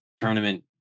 tournament